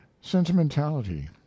sentimentality